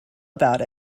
about